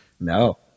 No